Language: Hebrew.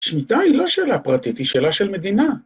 ‫שמיטה היא לא שאלה פרטית, ‫היא שאלה של מדינה.